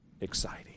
exciting